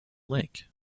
lake